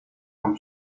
von